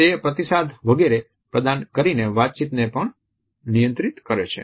તે પ્રતિસાદ વગેરે પ્રદાન કરીને વાતચીતને પણ નિયંત્રિત કરે છે